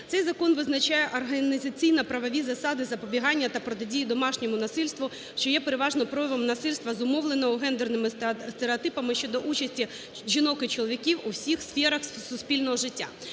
Цей закон визначає організаційно-правові засади запобігання та протидії домашньому насильству, що є переважно проявом насильства зумовленого гендерними стереотипами щодо участі жінок і чоловіків у всіх сферах суспільного життя.